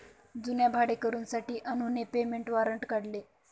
जुन्या भाडेकरूंसाठी अनुने पेमेंट वॉरंट काढले